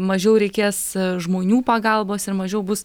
mažiau reikės žmonių pagalbos ir mažiau bus